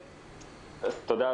תודה,